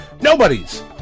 Nobody's